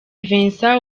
vincent